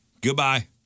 Goodbye